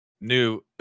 New